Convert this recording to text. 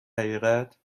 حقیقت